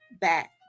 back